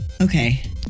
Okay